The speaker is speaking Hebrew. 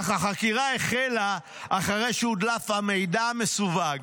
אך החקירה החלה אחרי שהודלף המידע המסווג,